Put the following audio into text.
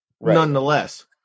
nonetheless